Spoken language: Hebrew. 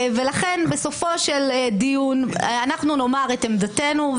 ולכן בסופו של דיון אנחנו נאמר את עמדתנו,